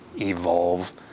evolve